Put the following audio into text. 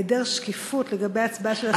היעדר השקיפות לגבי ההצבעה של השרים,